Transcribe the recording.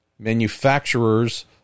manufacturers